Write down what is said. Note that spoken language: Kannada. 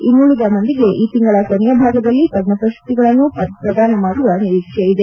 ಇನ್ನುಳದ ಮಂದಿಗೆ ಈ ತಿಂಗಳ ಕೊನೆಯ ಭಾಗದಲ್ಲಿ ಪದ್ಮ ಪ್ರಶಸ್ತಿಗಳನ್ನು ಪ್ರದಾನ ಮಾಡುವ ನಿರೀಕ್ಷೆ ಇದೆ